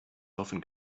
often